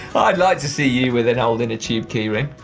i'd like to see you with an old inner tube key ring.